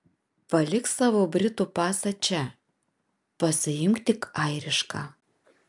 palik savo britų pasą čia pasiimk tik airišką